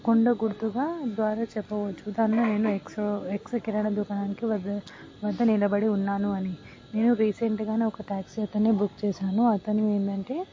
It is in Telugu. కొండ గుర్తుగా ద్వారా చెప్పవచ్చు దానిని నేను ఎక్స్ ఎక్స్ కిరాణా దుకాణానికి వద్ద వద్ద నిలబడి ఉన్నాను అని నేను రీసెంట్గానే ఒక ట్యాక్సీ అతన్ని బుక్ చేసాను అతను ఏంటంటే